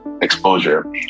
exposure